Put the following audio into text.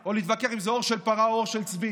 או להתווכח עם זה עור של פרה או עור של צבי.